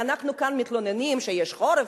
ואנחנו כאן מתלוננים שיש חורף,